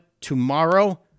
tomorrow